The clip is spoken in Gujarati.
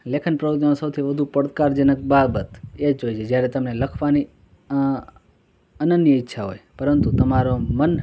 લેખન પ્રવૃત્તિમાં સૌથી વધુ પડકારજનક બાબત એ જ હોય છે જ્યારે તમને લખવાની અં અનન્ય ઇચ્છા હોય પરંતુ તમારો મન